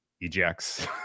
ejects